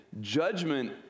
judgment